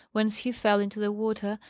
whence he fell into the water,